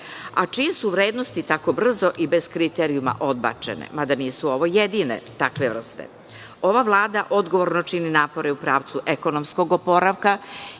a čije su vrednosti tako brzo i bez kriterijuma odbačene, mada nisu ovo jedine takve vrste. Ova Vlada odgovorno čini napore u pravcu ekonomskog oporavka.